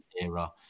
era